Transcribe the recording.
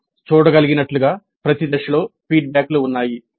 మనం చూడగలిగినట్లుగా ప్రతి దశలో ఫీడ్బ్యాక్లు ఉన్నాయి